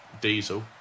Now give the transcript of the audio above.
Diesel